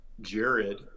Jared